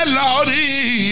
lordy